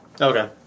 Okay